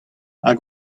hag